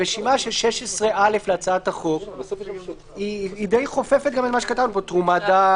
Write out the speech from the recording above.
הרשימה של 16(א) להצעת החוק היא די חופפת גם למה שכתבנו פה: תרומת דם,